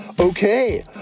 Okay